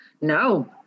No